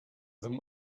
them